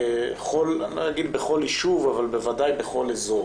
אני לא אגיד בכל יישוב, אבל בוודאי בכל אזור